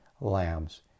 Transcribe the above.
lambs